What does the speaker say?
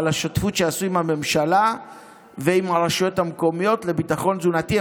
על השותפות שעשו עם הממשלה ועם הרשויות המקומיות לביטחון תזונתי.